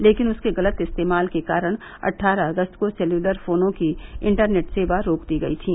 लेकिन उसके गलत इस्तेमाल के कारण अट्ठारह अगस्त को सेलुलर फोनों की इंटरनेट सेवा रोक दी गयी थीं